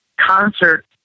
concert